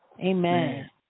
Amen